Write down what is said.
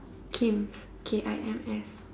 Kim's K I M S